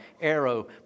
arrow